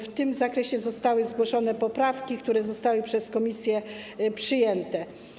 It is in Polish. W tym zakresie zostały zgłoszone poprawki, które zostały przez komisję przyjęte.